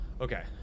Okay